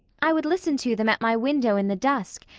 i would listen to them at my window in the dusk,